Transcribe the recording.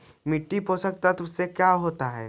मिट्टी पोषक तत्त्व से का होता है?